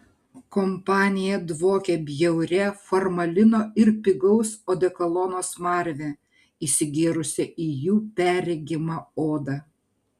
kompanija dvokė bjauria formalino ir pigaus odekolono smarve įsigėrusią į jų perregimą odą